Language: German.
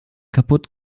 kaputt